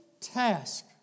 task